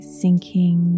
sinking